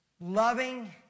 Loving